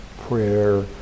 prayer